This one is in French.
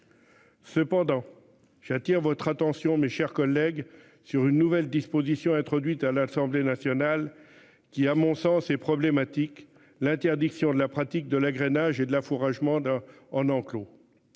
Cependant, j'attire votre attention, mes chers collègues, sur une nouvelle disposition introduite à l'Assemblée nationale, qui à mon sens est problématique l'interdiction de la pratique de l'agrainage et de la fourrage mondain en enclos.